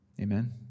Amen